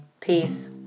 Peace